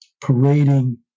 parading